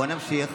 בואו נמשיך